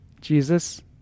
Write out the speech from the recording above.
Jesus